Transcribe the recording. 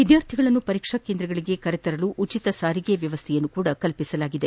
ವಿದ್ಯಾರ್ಥಿಗಳನ್ನು ಪರೀಕ್ಷಾ ಕೇಂದ್ರಗಳಿಗೆ ಕರೆತರಲು ಉಚಿತ ಸಾರಿಗೆ ಸೇವೆಯನ್ನು ಸಹ ಕಲ್ಪಸಲಾಗಿದೆ